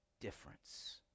difference